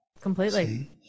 Completely